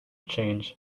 change